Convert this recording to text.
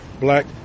black